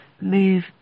move